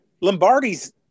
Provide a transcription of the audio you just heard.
Lombardi's